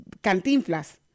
Cantinflas